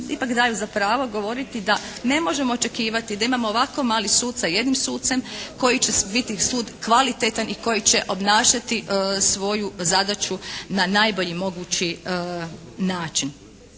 ipak daju za pravo govoriti da ne možemo očekivati da imamo ovako mali sud sa jednim sucem koji će biti sud kvalitetan i koji će obnašati svoju zadaću na najbolji mogući način.